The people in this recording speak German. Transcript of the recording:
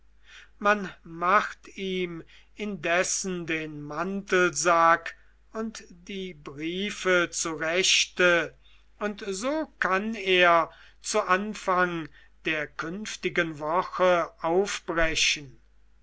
man macht ihm indessen den mantelsack und die briefe zurechte und so kann er zu anfang der künftigen woche aufbrechen